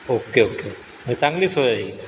okay okay ही चांगली सोय आहे ही